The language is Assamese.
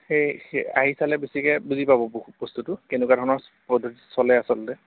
সেই আহি চালে বেছিকে বুজি পাব বহু বস্তুটো কেনেকুৱা ধৰণৰ পদ্ধতিত চলে আচলতে